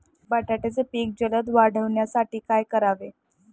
बटाट्याचे पीक जलद वाढवण्यासाठी काय करावे?